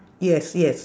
yes yes